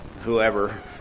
whoever